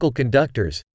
conductors